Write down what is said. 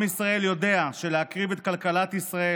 עם ישראל יודע שלהקריב את כלכלת ישראל